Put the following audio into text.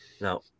No